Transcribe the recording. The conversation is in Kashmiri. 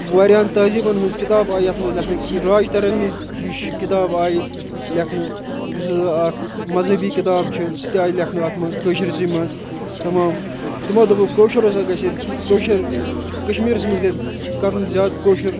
وارِیاہن تٔہذیٖبن ہٕنٛز کِتاب آیہِ یَتھ منٛز لیٚکھںہٕ راج تَرنگی ہِش کِتاب آیہ لیٛکھنہٕ یُس ہَسا اَکھ مذہبی کِتاب چھِ سۄ تہِ آیہِ لیٚکھنہٕ اَتھ منٛز کٲشرِسٕے منٛز تَمام تِمو دوٚپُکھ کٲشُر ہَسا گَژھِ ییٚتہِ کٲشر کشمیٖرس منٛز گَژھِ کَرُن زیادٕ کٲشُر